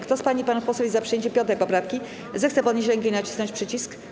Kto z pań i panów posłów jest za przyjęciem 5. poprawki, zechce podnieść rękę i nacisnąć przycisk.